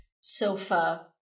sofa